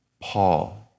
Paul